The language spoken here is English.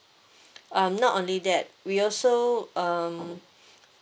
um not only that we also um